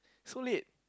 so late